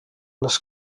les